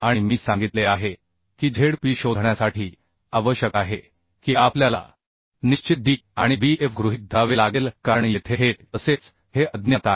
आणि मी सांगितले आहे की Zp शोधण्यासाठी आवश्यक आहे की आपल्याला निश्चित d आणि Bf गृहीत धरावे लागेल कारण येथे हे तसेच हे अज्ञात आहे